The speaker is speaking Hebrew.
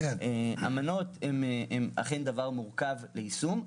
אמנות הן אכן דבר מורכב ליישום.